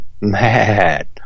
mad